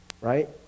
right